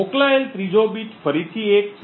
મોકલાયેલ ત્રીજો બીટ ફરીથી 1 છે